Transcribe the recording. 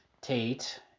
Tate